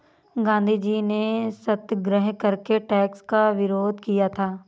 गांधीजी ने सत्याग्रह करके टैक्स का विरोध किया था